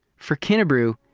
for kinnebrew,